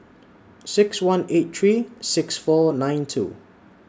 six one eight three six four nine two